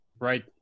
right